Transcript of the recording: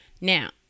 Now